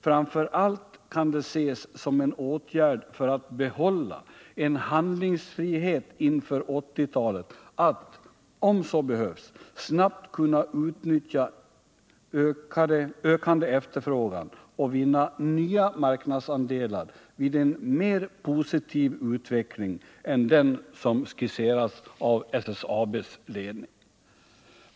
Framför allt kan det ses som en åtgärd för att behålla en handlingsfrihet inför 1980-talet att, om så behövs, snabbt kunna utnyttja ökande efterfrågan och vinna nya marknadsandelar vid en mer positiv utveckling än den som skisserats av SSAB:s ledning.